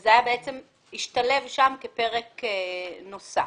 וזה השתלב שם כפרק נוסף.